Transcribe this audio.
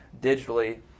digitally